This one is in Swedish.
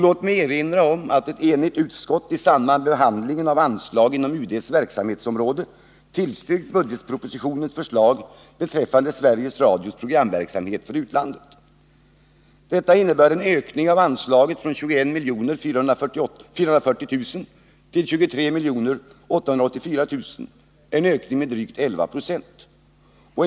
Låt mig erinra om att ett enigt utskott i samband med behandlingen av vissa anslag inom UD:s verksamhetsområde tillstyrkt budgetpropositionens förslag beträffande Sveriges Radios programverksamhet för utlandet. Detta innebär en ökning av anslaget från 21 440 000 kr. till 23 884 000 kr., en ökning med drygt 11 90.